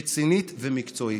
רצינית ומקצועית.